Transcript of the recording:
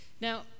now